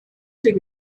take